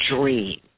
dream